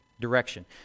direction